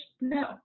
No